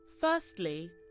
Firstly